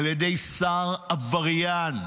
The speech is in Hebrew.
על ידי שר עבריין,